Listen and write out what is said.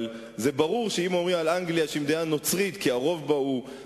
אבל ברור שאם אומרים על אנגליה שהיא מדינה נוצרית כי הרוב בה נוצרי,